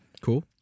Cool